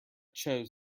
chose